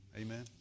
Amen